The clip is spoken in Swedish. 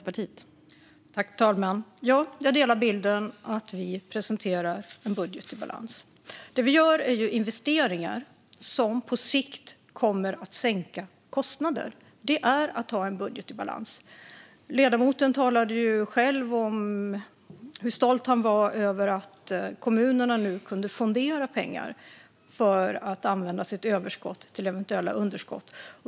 Fru talman! Ja, jag delar bilden att Vänsterpartiet presenterar en budget i balans. Vi gör investeringar som på sikt kommer att sänka kostnader. Det är att ha en budget i balans. Ledamoten talade om hur stolt han var över att kommunerna nu kan fondera pengar för att använda sitt överskott till eventuella underskott.